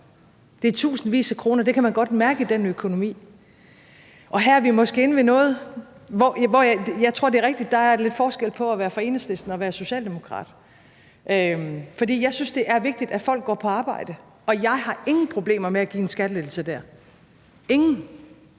det er tusindvis af kroner, og det kan man godt mærke i sin økonomi. Her er vi måske inde ved noget. For jeg tror, det er rigtigt, at der er lidt forskel på at være fra Enhedslisten og at være socialdemokrat, for jeg synes, det er vigtigt, at folk går på arbejde, og jeg har ingen problemer med at give en skattelettelse der – ingen.